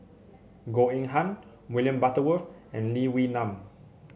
Goh Eng Han William Butterworth and Lee Wee Nam